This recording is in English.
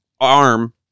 arm